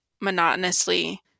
monotonously